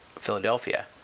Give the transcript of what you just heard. Philadelphia